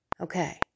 okay